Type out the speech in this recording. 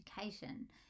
education